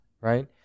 right